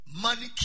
money